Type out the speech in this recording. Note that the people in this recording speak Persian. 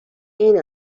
این